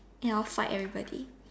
and all fight every body